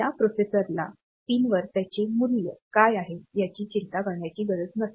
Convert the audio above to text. या प्रोसेसरला पिनवर त्यांचे मूल्य काय आहे याची चिंता करण्याची गरज नसते